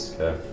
Okay